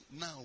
now